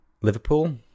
Liverpool